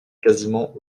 quasiment